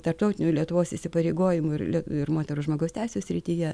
tarptautinių lietuvos įsipareigojimų ir ir moterų žmogaus teisių srityje